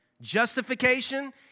Justification